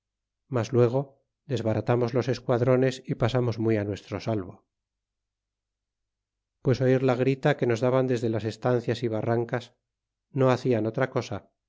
mas luego desbaratamos los esquadrones y pasamos muy nuestro salvo pues oir la grita que nos daban desde las estancias y barrancas no bacian otra cosa